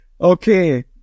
Okay